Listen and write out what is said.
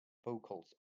vocals